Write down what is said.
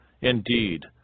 indeed